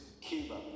Cuba